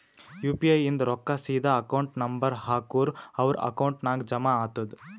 you P I ಇಂದ್ ರೊಕ್ಕಾ ಸೀದಾ ಅಕೌಂಟ್ ನಂಬರ್ ಹಾಕೂರ್ ಅವ್ರ ಅಕೌಂಟ್ ನಾಗ್ ಜಮಾ ಆತುದ್